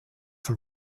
for